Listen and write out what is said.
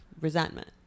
resentment